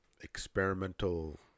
experimental